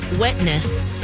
wetness